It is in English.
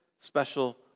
special